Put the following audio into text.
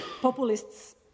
populists